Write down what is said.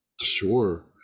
sure